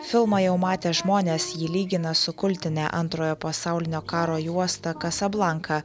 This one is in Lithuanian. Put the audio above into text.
filmą jau matę žmonės jį lygina su kultine antrojo pasaulinio karo juosta kasablanka